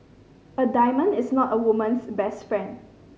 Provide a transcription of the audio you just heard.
a diamond is not a woman's best friend